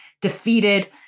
defeated